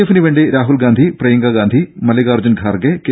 എഫിനുവേണ്ടി Rahul Gandhi Priyanka Gandhi Mallikarjun Kharge K